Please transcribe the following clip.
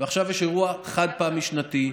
ועכשיו יש אירוע חד-פעמי שנתי,